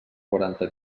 quaranta